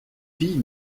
filles